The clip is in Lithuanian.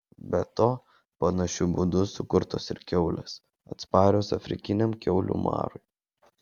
be to panašiu būdu sukurtos ir kiaulės atsparios afrikiniam kiaulių marui